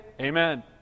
amen